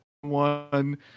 one